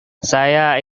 saya